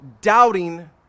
doubting